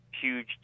huge